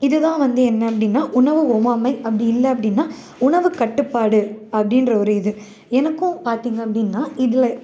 இதுதான் வந்து என்ன அப்படின்னா உணவு ஒவ்வாமை அப்படி இல்லை அப்படின்னா உணவு கட்டுப்பாடு அப்படின்ற ஒரு இது எனக்கும் பார்த்திங்க அப்படின்னா இது